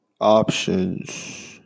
Options